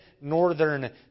northern